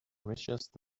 richest